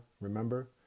remember